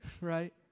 right